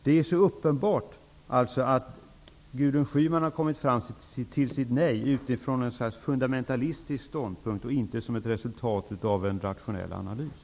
Det är så uppenbart att Gudrun Schyman har kommit fram till sitt nej utifrån ett slags fundamentalistisk ståndpunkt och inte som ett resultat av en rationell analys.